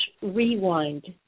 rewind